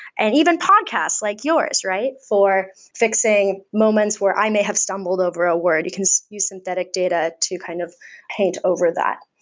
and even podcasts, like yours, for fixing moments where i may have stumbled over a word. you can so use synthetic data to kind of paint over that.